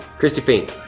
christie fink,